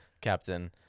Captain